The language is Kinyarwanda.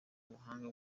ubuhanga